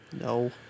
No